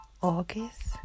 August